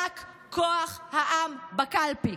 רק כוח העם בקלפי.